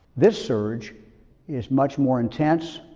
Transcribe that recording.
this surge is much more intense,